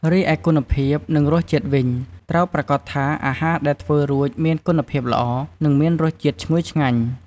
រីឯគុណភាព និងរសជាតិវិញត្រូវប្រាកដថាអាហារដែលធ្វើរួចមានគុណភាពល្អ និងមានរសជាតិឈ្ងុយឆ្ងាញ់។